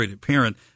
parent